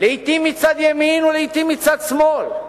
לעתים מצד ימין ולעתים מצד שמאל,